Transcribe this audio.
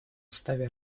уставе